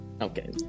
okay